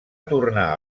tornar